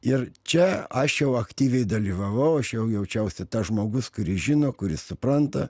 ir čia aš jau aktyviai dalyvavau aš jau jaučiausi tas žmogus kuris žino kuris supranta